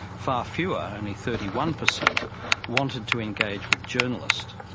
far fewer only thirty one per cent wanted to engage with journalists.